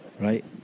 Right